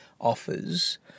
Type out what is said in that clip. offers